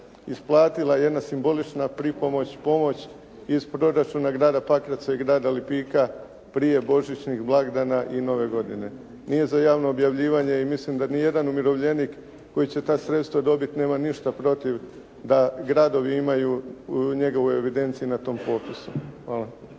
isplatila jedna simbolična pripomoć, pomoć iz proračuna grada Pakraca i grada Lipika prije božićnih blagdana i Nove godine. Nije za javno objavljivanje i mislim da nijedan umirovljenik koji će ta sredstva dobiti nema ništa protiv da gradovi imaju njega u evidenciji na tom popisu. Hvala.